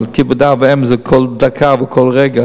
אבל כיבוד אב ואם זה כל דקה וכל רגע,